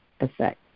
effect